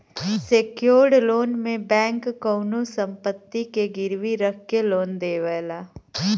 secured loan में bank कउनो संपत्ति के गिरवी रखके लोन देवला